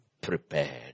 prepared